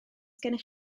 gennych